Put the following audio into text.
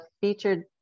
featured